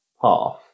Path